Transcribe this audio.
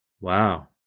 Wow